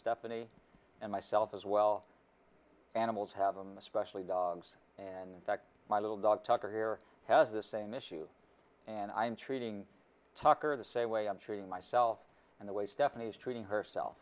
stephanie and myself as well animals have them especially dogs and my little dog tucker here has the same issue and i'm treating tucker the same way i'm treating myself and the way stephanie is treating herself